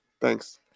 Thanks